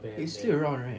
it's still around right